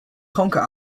conquer